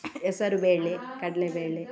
ಹೆಸರುಬೇಳೆ ಕಡಲೆಬೇಳೆ